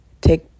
take